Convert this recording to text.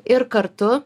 ir kartu